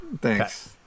Thanks